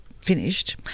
finished